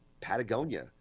Patagonia